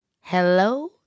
Hello